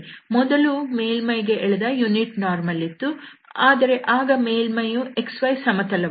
ಮೊದಲೂ ಮೇಲ್ಮೈಗೆ ಎಳೆದ ಏಕಾಂಶ ಲಂಬ ವಿತ್ತು ಆದರೆ ಆಗ ಮೇಲ್ಮೈಯು xy ಸಮತಲವಾಗಿತ್ತು